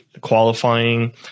qualifying